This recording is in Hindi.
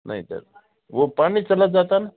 नहीं सर तो वो पानी चला जाता है ना